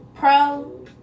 pro